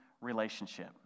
relationship